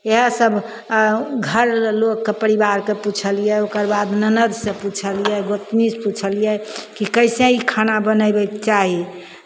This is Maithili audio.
इएहसभ आ घर ले लोककेँ परिवारकेँ पुछलियै ओकर बाद ननदिसँ पुछलियै गोतनीसँ पुछलियै कि कइसे ई खाना बनबयके चाही